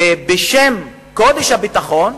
ובשם קודש הביטחון,